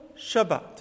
Shabbat